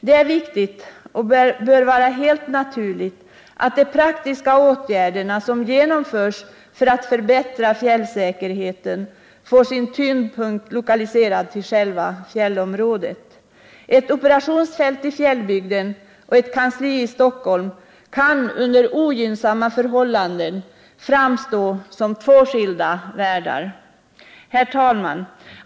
Det är viktigt, och bör vara helt naturligt, att de praktiska åtgärder som genomförs för att förbättra fjällsäkerheten får sin tyngdpunkt lokaliserad till själva fjällområdet. Ett operationsfält i fjällbygden och ett kansli i Stockholm kan under ogynnsamma förhållanden framstå som två skilda världar. Herr talman!